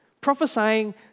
Prophesying